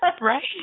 Right